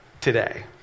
today